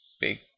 big